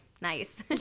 Nice